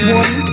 one